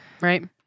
right